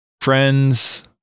friend's